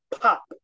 pop